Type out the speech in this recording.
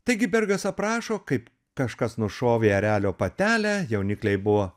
taigi bergas aprašo kaip kažkas nušovė erelio patelę jaunikliai buvo